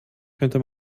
könnte